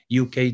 UK